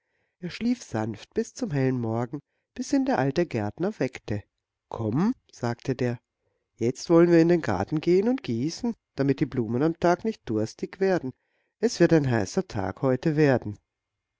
er schlief sanft bis zum hellen morgen bis ihn der alte gärtner weckte komm sagte der jetzt wollen wir wieder in den garten gehen und gießen damit die blumen am tage nicht durstig werden es wird ein heißer tag heute werden